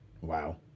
wow